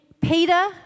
Peter